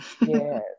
Yes